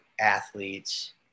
athletes